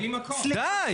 די